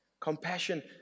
compassion